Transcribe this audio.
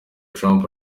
trump